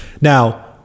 Now